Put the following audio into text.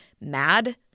Mad